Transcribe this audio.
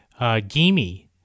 Gimi